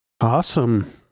Awesome